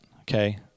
okay